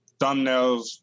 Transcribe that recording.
thumbnails